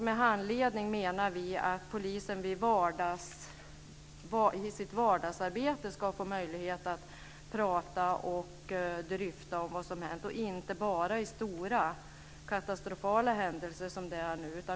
Med handledning menar vi att polisen i sitt vardagsarbete ska få möjlighet att prata om och dryfta vad som har hänt och inte bara vid stora katastrofala händelser, som det är nu.